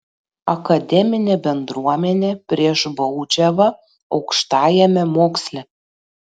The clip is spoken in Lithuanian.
akademinė bendruomenė prieš baudžiavą aukštajame moksle